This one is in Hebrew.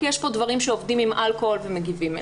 כי יש פה דברים שעובדים עם אלכוהול ומגיבים אליו.